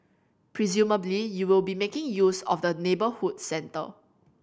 presumably you will be making use of the neighbourhood centre